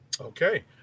Okay